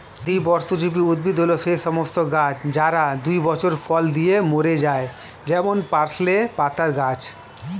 দ্বিবর্ষজীবী উদ্ভিদ হল সেই সমস্ত গাছ যারা দুই বছর ফল দিয়ে মরে যায় যেমন পার্সলে পাতার গাছ